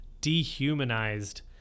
dehumanized